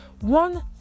one